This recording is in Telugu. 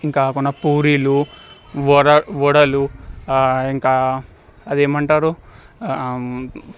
ఇంకా మన పూరీలు వడ వడలు ఇంకా అది ఏమంటారు